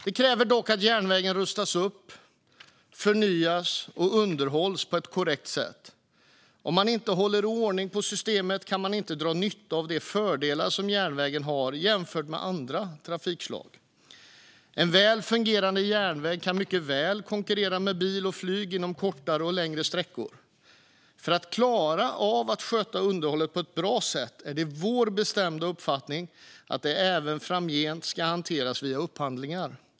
Detta kräver dock att järnvägen rustas upp, förnyas och underhålls på ett korrekt sätt. Om man inte håller ordning på systemet kan man inte dra nytta av de fördelar som järnvägen har jämfört med andra trafikslag. En väl fungerande järnväg kan mycket väl konkurrera med bilen och flyget inom kortare och längre sträckor. För att klara av att sköta underhållet på ett bra sätt är det vår bestämda uppfattning att det även framgent ska hanteras via upphandlingar.